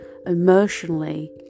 emotionally